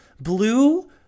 Blue